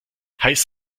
heiß